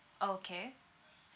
okay